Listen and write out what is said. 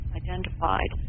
identified